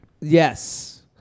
Yes